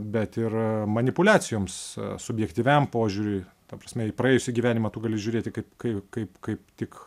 bet ir manipuliacijoms subjektyviam požiūriui ta prasme į praėjusį gyvenimą tu gali žiūrėti kaip kai kaip kaip tik